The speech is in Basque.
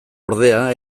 ordea